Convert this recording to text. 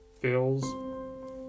Bills